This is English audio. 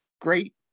great